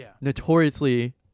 notoriously